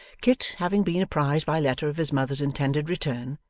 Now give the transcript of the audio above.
kit, having been apprised by letter of his mother's intended return,